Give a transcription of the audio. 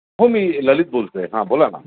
हो मी ललित बोलतो आहे हां बोला ना